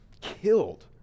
killed